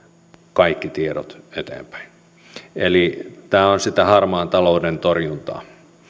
kaikki tiedot eteenpäin tämä on sitä harmaan talouden torjuntaa